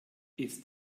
ist